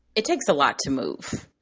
it takes a lot to move.